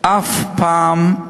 אף פעם,